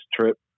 trip